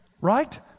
Right